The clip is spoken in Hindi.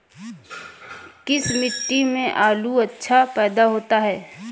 किस मिट्टी में आलू अच्छा पैदा होता है?